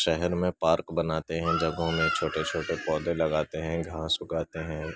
شہر میں پارک بناتے ہیں جگہوں میں چھوٹے چھوٹے پودے لگاتے ہیں گھاس اگاتے ہیں